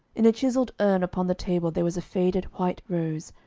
in a chiselled urn upon the table there was a faded white rose,